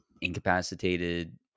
incapacitated